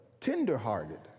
tenderhearted